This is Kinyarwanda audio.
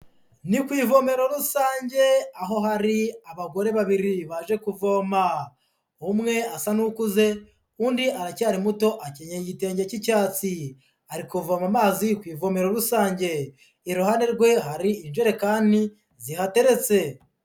Ni ku ivomero rusange, aho hari abagore babiri baje kuvoma. Umwe asa n'ukuze, undi aracyari muto, akenyeye igitenge cy'icyatsi. Ari kuvoma amazi ku ivomero rusange, iruhande rwe hari ijerekani zihateretse.